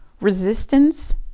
resistance